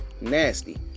nasty